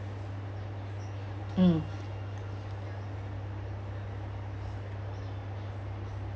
mm